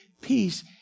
peace